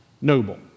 noble